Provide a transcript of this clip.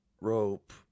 rope